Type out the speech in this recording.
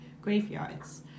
graveyards